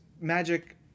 magic